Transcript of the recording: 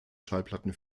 schallplatten